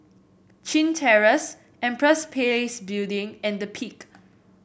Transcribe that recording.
Chin Terrace Empress Place Building and The Peak